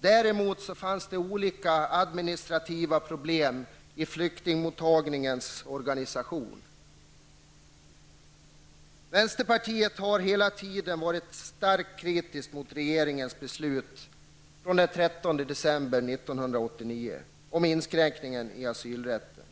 Däremot fanns det olika administrativa problem i flyktingmottagningens organisation. Vänsterpartiet har hela tiden varit starkt kritiskt mot regeringens beslut den 13 december 1989 om inskränkningar i asylrätten.